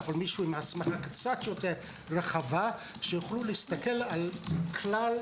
מישהו עם הסמכה קצת יותר רחבה שיוכלו להסתכל על כלל